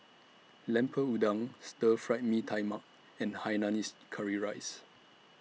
Lemper Udang Stir Fry Mee Tai Mak and Hainanese Curry Rice